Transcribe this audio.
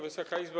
Wysoka Izbo!